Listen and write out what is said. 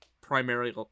primarily